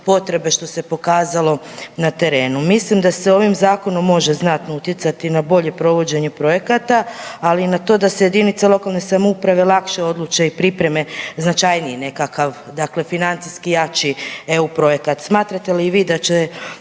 potrebe što se pokazalo na terenu. Mislim da se ovim Zakonom može znatno utjecati na bolje provođenje projekata, ali i na to da se jedinice lokalne samouprave lakše odluče i pripreme značajniji nekakav, dakle financijski jači EU projekat. Smatrate li i vi da će